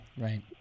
Right